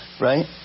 right